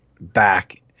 back